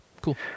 Cool